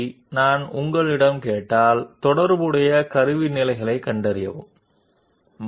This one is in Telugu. పసుపు స్థానం ఏకపక్షంగా సూచిస్తుంది మేము ఈ పాయింట్ల ద్వారా టూల్ యొక్క దిగువ భాగాన్ని ఎల్లప్పుడూ ఉంచుతాము ఇది తప్పు ఎందుకు